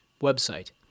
website